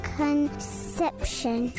conception